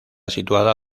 situada